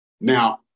now